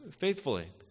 faithfully